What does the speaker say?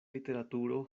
literaturo